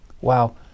Wow